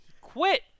Quit